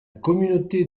communauté